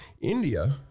India